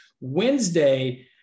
Wednesday